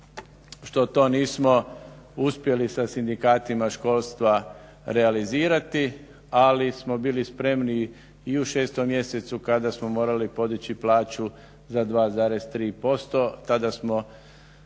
što to nismo uspjeli sa sindikatima školstva realizirati, ali smo bili spremni i u šestom mjesecu kada smo morali podići plaću za 2,3% tada smo